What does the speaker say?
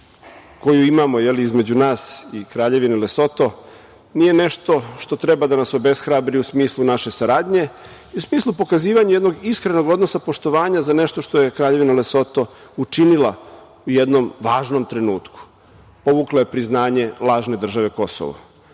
koju imamo između nas i Kraljevine Lesoto nije nešto što treba da nas obeshrabri u smislu naše saradnje i u smislu pokazivanja jednog iskrenog odnosa poštovanja za nešto što je Kraljevina Lesoto učinila u jednom važnom trenutku. Povukla je priznanje lažne države „Kosovo“.